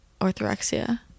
orthorexia